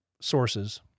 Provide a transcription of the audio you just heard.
sources